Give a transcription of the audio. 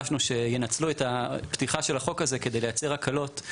כבר הסתבכנו בין שר החקלאות לשר הבריאות.